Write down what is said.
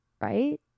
right